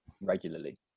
regularly